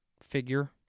figure